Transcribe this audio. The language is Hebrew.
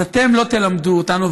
אז אתם לא תלמדו אותנו,